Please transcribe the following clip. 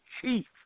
chief